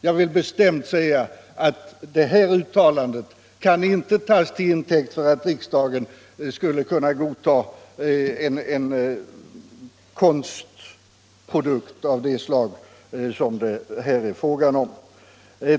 Jag vill bestämt säga att detta uttalande inte kan tas till intäkt för att riksdagen godtar en konstprodukt av det slag som det här gäller.